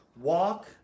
Walk